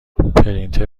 پرینتر